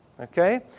Okay